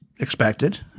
expected